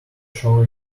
show